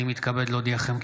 אני מתכבד להודיעכם,